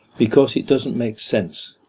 because it doesn't make sense.